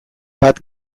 bat